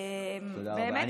תודה רבה.